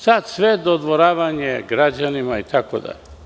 Sad sve dodvoravanje građanima, itd.